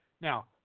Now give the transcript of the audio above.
Now